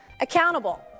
accountable